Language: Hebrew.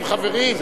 חברים,